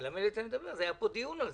הייתי קובע את הישיבה הזאת ביום אחר.